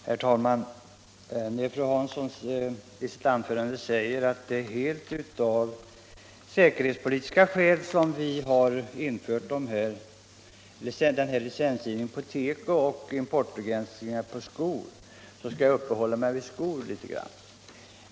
Herr talman! Fru Hansson säger att det är helt av säkerhetspolitiska skäl som regeringen har infört licenstvånget för tekoprodukter och importbegränsningen för skor. Jag skall uppehålla mig litet grand vid skorna.